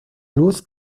luz